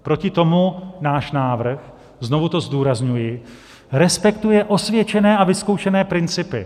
Proti tomu náš návrh znovu to zdůrazňuji respektuje osvědčené a vyzkoušené principy.